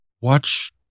Watch